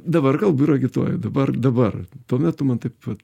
dabar kalbu ir agituoju dabar dabar tuo metu man taip vat